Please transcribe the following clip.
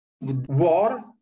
war